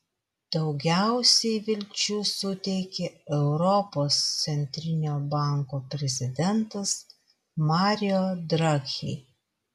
daugiausiai vilčių suteikė europos centrinio banko prezidentas mario draghi